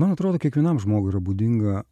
man atrodo kiekvienam žmogui yra būdinga